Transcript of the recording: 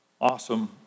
awesome